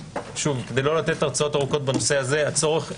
כדי לא לתת הרצאות ארוכות בנושא הצורך ברור.